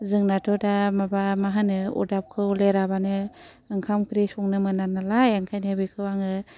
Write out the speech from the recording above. जोंनाथ' माबा मा होनो अदाबखौ लिराबानो ओंखाम ओंख्रि संनो मोना नालाय ओंखायनो बेखौ आङो